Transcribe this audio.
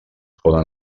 poden